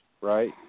right